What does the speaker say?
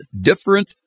different